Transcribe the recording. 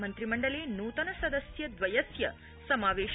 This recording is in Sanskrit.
मन्त्रिमण्डले नृतन सदस्य द्वयस्य समावेश